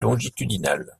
longitudinales